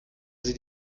sie